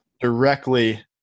directly